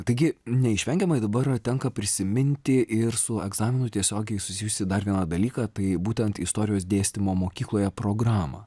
taigi neišvengiamai dabar tenka prisiminti ir su egzaminu tiesiogiai susijusį dar vieną dalyką tai būtent istorijos dėstymo mokykloje programą